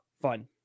fun